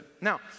Now